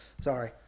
Sorry